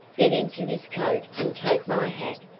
get into this coat and take my hat.